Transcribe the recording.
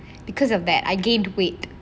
because of that I gained weight